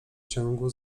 ciągu